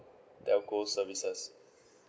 telco services